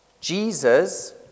Jesus